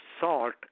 salt